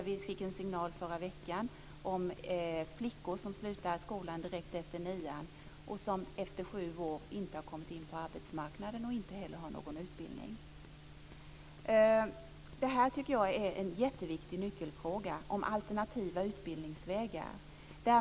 Vi fick en signal i förra veckan om flickor som slutar skolan direkt efter nian och som efter sju år inte har kommit in på arbetsmarknaden och inte heller har någon utbildning. Det här med alternativa utbildningsvägar tycker jag är en jätteviktig nyckelfråga.